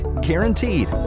guaranteed